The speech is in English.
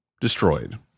Destroyed